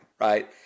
right